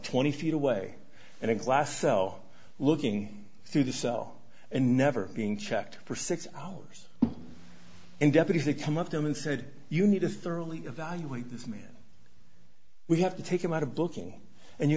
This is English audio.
twenty feet away and a glass cell looking through the cell and never being checked for six hours and deputies that come up to him and said you need to thoroughly evaluate this man we have to take him out of booking and you